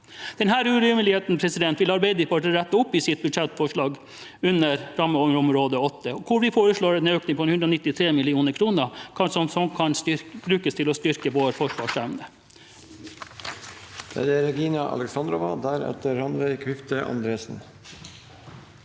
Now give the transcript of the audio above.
Denne urimeligheten vil Arbeiderpartiet rette opp i sitt budsjettforslag under rammeområde 8, hvor vi foreslår en økning på 193 mill. kr som kan brukes til å styrke vår forsvarsevne.